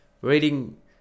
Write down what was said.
reading